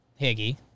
Higgy